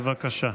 בבקשה.